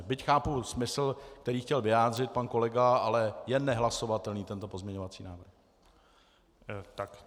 Byť chápu smysl, který chtěl vyjádřit pan kolega, ale je nehlasovatelný tento pozměňovací návrh.